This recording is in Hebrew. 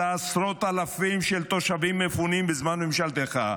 אלא עשרות אלפים של תושבים מפונים בזמן ממשלתך,